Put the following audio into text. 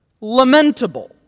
lamentable